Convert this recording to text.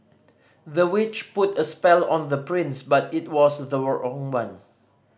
the witch put a spell on the prince but it was the wrong own one